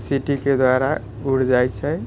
सीटीके द्वारा उड़ि जाइ छै